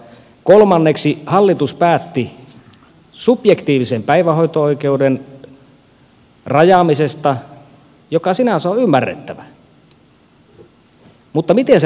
kolmanneksi hallitus päätti subjektiivisen päivähoito oikeuden rajaamisesta joka sinänsä on ymmärrettävä mutta miten se rajaus tehtiin